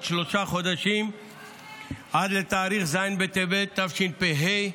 שלושה חודשים עד לתאריך ז' בטבת תשפ"ה,